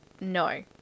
no